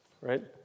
right